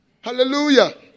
Hallelujah